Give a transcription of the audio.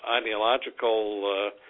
ideological